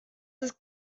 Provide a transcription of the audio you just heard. ist